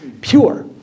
pure